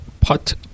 pot